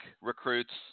recruits